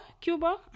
Cuba